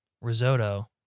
risotto